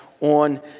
on